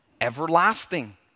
everlasting